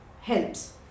helps